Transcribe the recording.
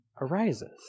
arises